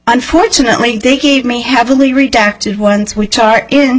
unfortunately they gave me heavily redacted ones which are in